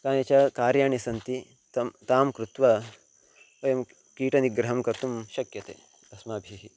कानिचन कार्याणि सन्ति तानि तानि कृत्वा वयं कीटनिग्रहं कर्तुं शक्यन्ते अस्माभिः